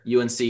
UNC